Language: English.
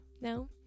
No